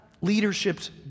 leadership's